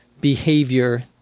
behavior